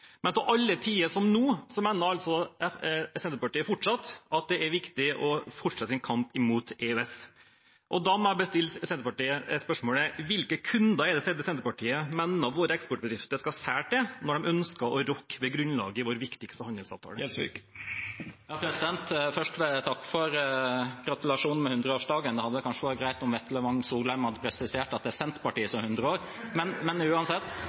fortsette kampen mot EØS. Da må jeg stille Senterpartiet spørsmålet: Hvilke kunder er det Senterpartiet mener våre eksportbedrifter skal selge til, når de ønsker å rokke ved grunnlaget i vår viktigste handelsavtale? Først vil jeg takke for gratulasjonen med 100-årsdagen. Det hadde kanskje vært greit om Vetle Wang Soleim hadde presisert at det er Senterpartiet som er 100 år, men uansett: